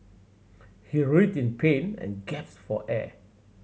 he writhed in pain and gasped for air